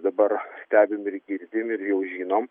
dabar stebim ir girdim ir jau žinom